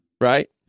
Right